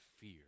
fear